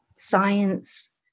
Science